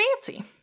fancy